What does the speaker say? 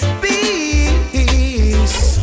peace